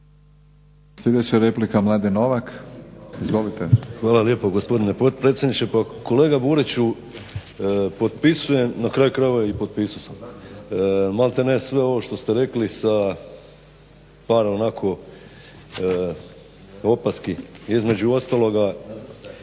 laburisti - Stranka rada)** Hvala lijepa gospodine potpredsjedniče. Pa kolega Buriću potpisujem na kraju krajeva i potpisao sam maltere sve ovo što ste rekli sa par ovako opaski između ostaloga